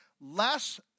less